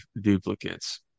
duplicates